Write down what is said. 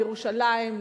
לירושלים,